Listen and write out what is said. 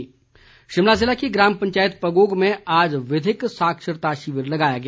विधिक साक्षरकता शिमला जिले की ग्राम पंचायत पगोग में आज विधिक साक्षरता शिविर लगाया गया